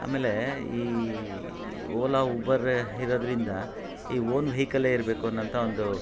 ಆಮೇಲೆ ಈ ಓಲಾ ಊಬರೇ ಇರೋದರಿಂದ ಈ ಓನ್ ವೆಹಿಕಲೇ ಇರಬೇಕು ಅನ್ನೊಂಥ ಒಂದು